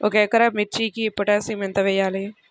ఒక ఎకరా మిర్చీకి పొటాషియం ఎంత వెయ్యాలి?